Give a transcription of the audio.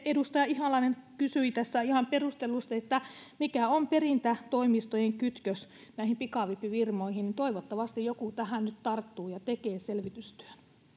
edustaja ihalainen kysyi ihan perustellusti että mikä on perintätoimistojen kytkös näihin pikavippifirmoihin niin toivottavasti joku tähän nyt tarttuu ja tekee selvitystyön